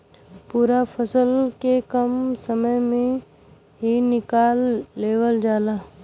पूरा फसल के कम समय में ही निकाल लेवल जाला